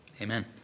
Amen